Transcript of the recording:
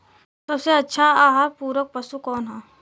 सबसे अच्छा आहार पूरक पशु कौन ह?